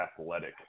athletic